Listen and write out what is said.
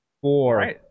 four